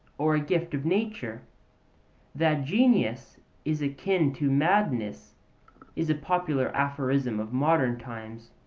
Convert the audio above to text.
or a gift of nature that genius is akin to madness is a popular aphorism of modern times.